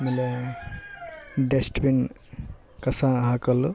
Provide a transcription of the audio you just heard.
ಆಮೇಲೆ ಡೆಸ್ಟ್ಬಿನ್ ಕಸ ಹಾಕಲು